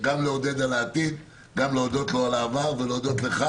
גם לעודד לגבי העתיד וגם להודות לו על העבר ולהודות לך